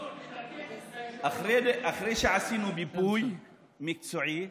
אחרי שעשינו מיפוי מקצועי,